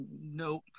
nope